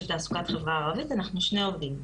תעסוקה בפזורה הערבית אנחנו שני עובדים.